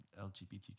LGBTQ